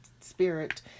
Spirit